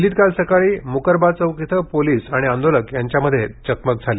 दिल्लीत काल सकाळी म्करबा चौक इथं पोलीस आणि आंदोलकांमध्ये चकमक झाली